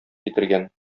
китергән